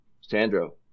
Sandro